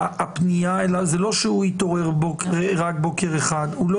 וזה לא שהוא התעורר בוקר אחד הוא לא